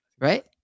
Right